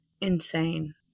insane